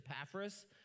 Epaphras